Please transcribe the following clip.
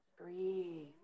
Breathe